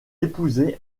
épouser